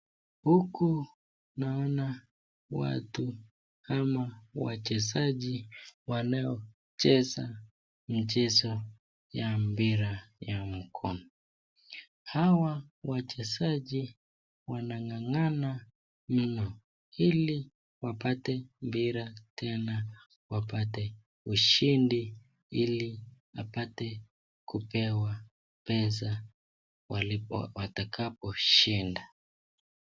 Huku naona watu ama wachezaji wanaocheza mchezo ya mbira ya mkono. Hawa wachezaji wanang'ang'ana mno ili wapate mbira tena wapate ushindi ili apate kupewa pesa watakaposhinda.